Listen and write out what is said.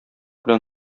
белән